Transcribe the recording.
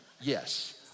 yes